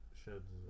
sheds